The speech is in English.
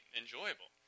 enjoyable